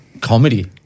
comedy